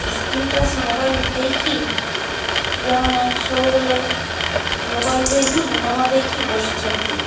screen touch mobile ହୋଇକି ପିଲାମାନେ ସବୁବେଲେ ମୋବାଇଲ୍ରେ ହିଁ ମନ ଦେଇକି ବସିଛନ୍ତି